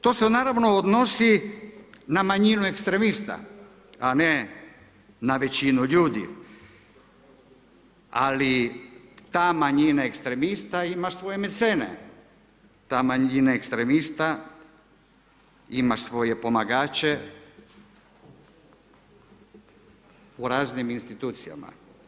To se naravno odnosi na manjinu ekstremista, a ne na većinu ljudi, ali ta manjina ekstremista ima svoje mecene, ta manjina ekstremista ima svoje pomagače u raznim institucijama.